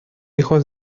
hijo